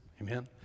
Amen